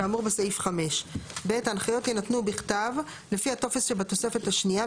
כאמור בסעיף 5. (ב) ההנחיות יינתנו בכתב לפי הטופס שבתוספת השנייה,